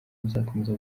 bazakomeza